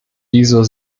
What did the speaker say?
dieser